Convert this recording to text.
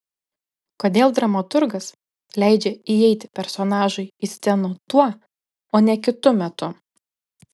kodėl dramaturgas leidžia įeiti personažui į sceną tuo o ne kitu metu